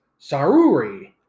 Saruri